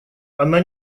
она